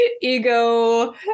ego